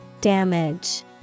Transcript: Damage